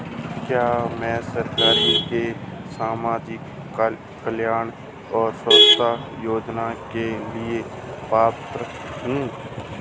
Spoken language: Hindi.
क्या मैं सरकार के सामाजिक कल्याण और स्वास्थ्य योजना के लिए पात्र हूं?